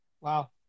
Wow